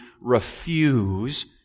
refuse